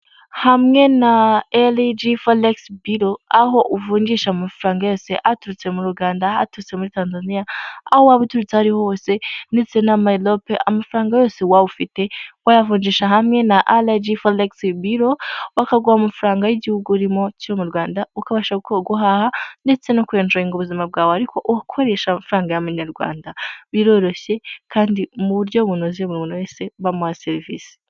Hamwe na R.G FOLEX BUREAU aho uvungisha amafaranga yose aturutse muri Uganda aturutse muri Tanzania ahowaba uturutse ahariho hose ndetse na amarope, amafaranga yose waba ufite wayavugisha hamwe na R.G FOREX BUREAU bakaguha amafaranga y'igihugu urimo cyo Rwanda ukabasha guhaha ndetse no kwenjoyinga ubuzima bwawe ariko ukoresha amafaranga ya nyarwanda biroroshye kandi mu buryo bunoze umuntu wese bamuha serivisi.